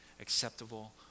acceptable